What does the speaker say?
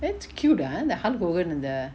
that's cute ah the hulk and the